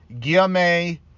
Guillaume